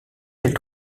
elle